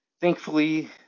thankfully